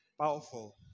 Powerful